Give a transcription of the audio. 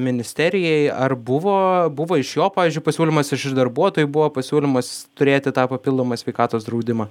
ministerijai ar buvo buvo iš jo pavyzdžiui pasiūlymas iš darbuotojų buvo pasiūlymas turėti tą papildomą sveikatos draudimą